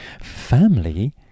family